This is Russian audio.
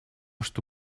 что